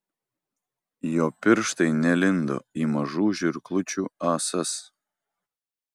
jo pirštai nelindo į mažų žirklučių ąsas